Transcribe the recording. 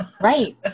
Right